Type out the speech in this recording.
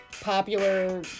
popular